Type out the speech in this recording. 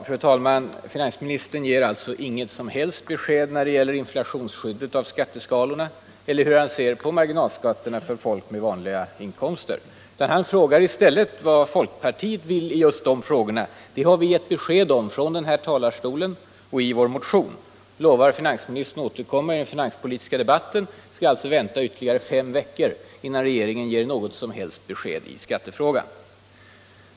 Fru talman! Finansministern ger alltså inget som helst besked när det gäller inflationsskyddet av skatteskalorna eller om hur han ser på marginalskatterna för folk med vanliga inkomster. Han frågar i stället vad folkpartiet vill i just de frågorna. Det har vi redan gett besked om från den här talarstolen och i vår motion. Nu lovar finansministern att återkomma till det i den finanspolitiska debatten. Vi skall alltså behöva vänta i ytterligare fem veckor, innan regeringen ger något som helst besked i skattefrågan.